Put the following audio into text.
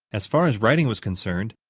as far as writing was concerned,